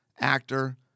actor